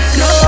no